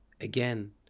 again